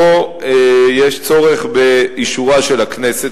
שבו יש צורך באישורה של הכנסת,